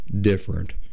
different